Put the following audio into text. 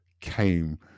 came